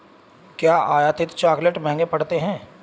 क्या आयातित चॉकलेट महंगे पड़ते हैं?